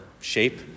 shape